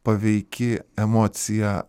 paveiki emocija